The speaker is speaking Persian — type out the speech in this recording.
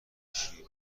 شیر